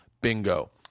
Bingo